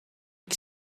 que